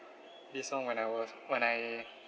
this [one] when I was when I